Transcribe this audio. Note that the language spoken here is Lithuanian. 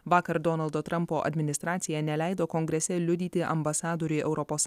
vakar donaldo trumpo administracija neleido kongrese liudyti ambasadorui europos